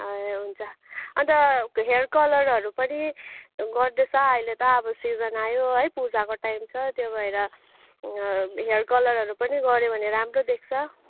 ए हुन्छ अन्त हेयर कलरहरू पनि गर्दैछ अहिले त अब सिजन आयो है पूजाको टाइम छ त्यो भएर हेयर कलरहरू पनि गऱ्यो भने राम्रो देख्छ